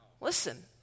Listen